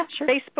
Facebook